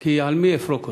כי על מי אפרוק אותו?